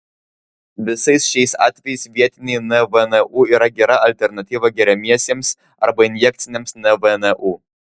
visais šiais atvejais vietiniai nvnu yra gera alternatyva geriamiesiems arba injekciniams nvnu